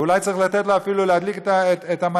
ואולי צריך לתת לו אפילו להדליק את המשואה,